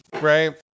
right